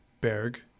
Berg